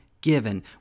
given